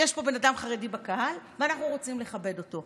יש פה בן אדם חרדי בקהל ואנחנו רוצים לכבד אותו.